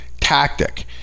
tactic